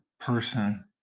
person